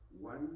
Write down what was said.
one